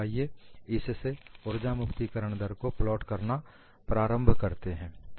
तो आइए इससे ऊर्जा मुक्तिकरण दर को प्लाट करना प्रारंभ करते हैं